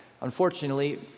unfortunately